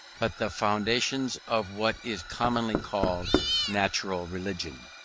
but the foundations of what is commonly called natural religion.